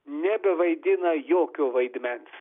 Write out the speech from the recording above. nebevaidina jokio vaidmens